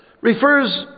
refers